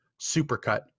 supercut